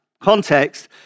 context